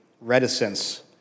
reticence